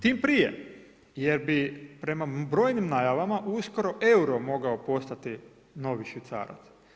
Tim prije jer bi prema brojnim najavama uskoro euro mogao postati novi švicarac.